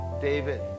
David